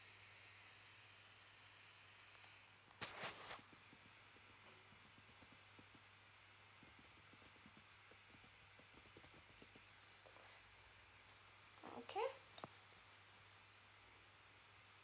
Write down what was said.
okay